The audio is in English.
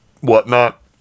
whatnot